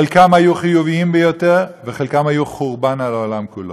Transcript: חלקם היו חיוביים ביותר וחלקם היו חורבן על העולם כולו.